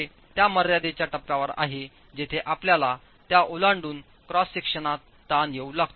तर हे त्या मर्यादेच्या टप्प्यावर आहे जिथे आपल्याला त्या ओलांडून क्रॉस सेक्शनात ताण येऊ लागतो